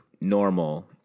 normal